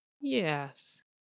yes